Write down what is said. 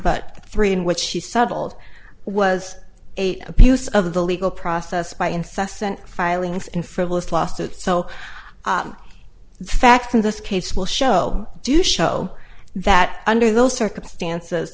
but three in which she subtle old was a abuse of the legal process by incessant filings in frivolous lawsuits so the facts in this case will show do show that under those circumstances